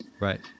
Right